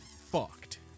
fucked